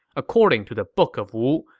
according to the book of wu,